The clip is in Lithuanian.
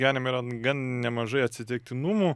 gyvenime yra gan nemažai atsitiktinumų